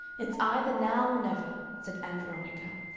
it's either now or never, said ann veronica,